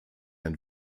ein